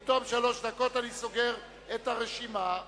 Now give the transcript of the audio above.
בתום שלוש דקות אני סוגר את הרשימה.